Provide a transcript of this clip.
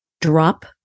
drop